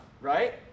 right